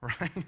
Right